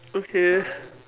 okay